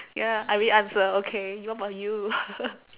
ya I already answer okay what about you